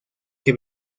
que